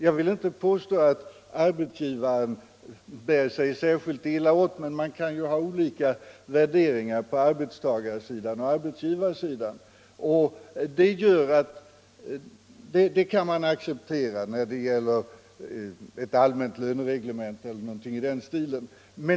Jag vill inte påstå att arbetsgivaren bär sig särskilt illa åt, men man kan ju ha olika värderingar på arbetstagarsidan och arbetsgivarsidan. Det kan accepteras när det gäller ett allmän lönereglemente eller någonting i den stilen.